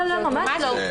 ממש לא.